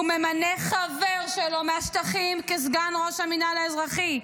הוא ממנה חבר שלו מהשטחים לסגן ראש המינהל האזרחי.